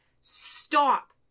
stop